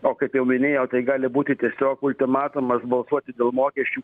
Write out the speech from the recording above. o kaip jau minėjau tai gali būti tiesiog ultimatumas balsuoti dėl mokesčių